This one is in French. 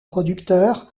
producteur